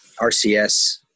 RCS